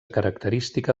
característica